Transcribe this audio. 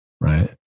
right